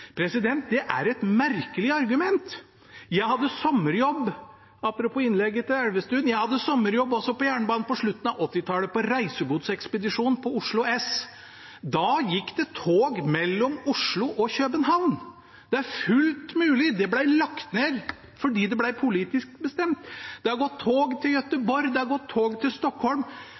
Det er et merkelig argument. Apropos innlegget til Elvestuen: Jeg hadde sommerjobb på jernbanen på slutten av 1980-tallet, på reisegodsekspedisjonen på Oslo S. Da gikk det tog mellom Oslo og København. Det er fullt mulig. Det ble lagt ned fordi det ble politisk bestemt. Det har gått tog til Göteborg, det har gått tog til Stockholm.